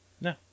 No